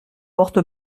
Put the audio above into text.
porte